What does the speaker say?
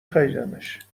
خریدمش